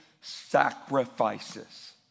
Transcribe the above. sacrifices